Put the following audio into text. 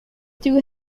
two